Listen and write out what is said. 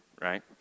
right